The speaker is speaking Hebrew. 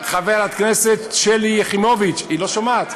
חברת הכנסת שלי יחימוביץ, היא לא שומעת.